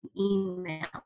email